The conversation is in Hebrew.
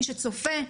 מי שצופה,